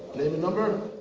number.